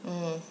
mm